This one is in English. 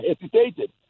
hesitated